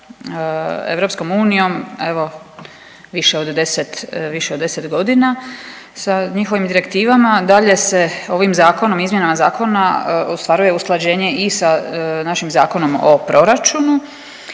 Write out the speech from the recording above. evo više od 10., više od 10.g. sa njihovim direktivama. Dalje se ovim zakonom, izmjenama zakona ostvaruje usklađenje i sa našim Zakonom o proračunom,